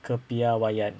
kepiawaian